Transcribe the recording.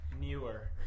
newer